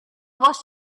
was